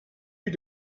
you